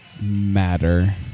matter